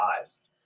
eyes